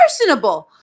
personable